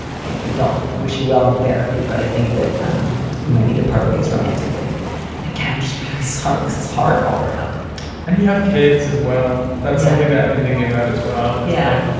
i don't wish you well in therapy. but i think that um we might need to part ways romantically and it can just really sorry this is hard all around and you have kids as well. that's something that i've been thinking about as well. yeah.